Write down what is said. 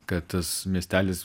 kad tas miestelis